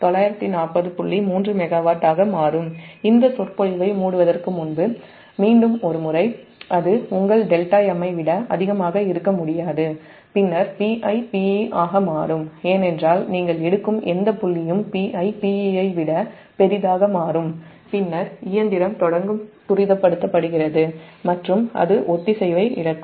3 megawatt ஆக மாறும் இந்த சொற்பொழிவை மூடுவதற்கு முன்பு மீண்டும் ஒரு முறை அது உங்கள் δm ஐ விட அதிகமாக இருக்க முடியாது பின்னர் Pi Pe ஆக மாறும் ஏனென்றால் நீங்கள் எடுக்கும் எந்த புள்ளியும் Pi Pe யை விட பெரிதாக மாறும் பின்னர் இயந்திரம் தொடங்கும் துரிதப்படுத்துகிறது மற்றும் அது ஒத்திசைவை இழக்கும்